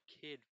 kid